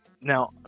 Now